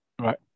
Right